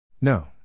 No